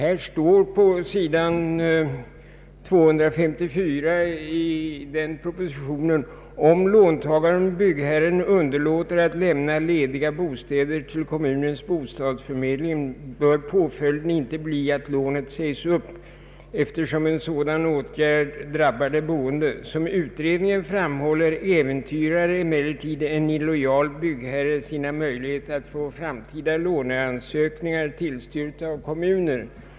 På sidan 254 i den propositionen heter det: ”Om låntagaren-byggherren underlåter att lämna lediga bostäder till kommunens bostadsförmedling, bör påföljden inte bli att lånet sägs upp, eftersom en sådan åtgärd drabbar de boende. Som utredningen framhåller äventyrar emellertid en illojal byggherre sina möjligheter att få framtida låneansökningar tillstyrkta av kommunen.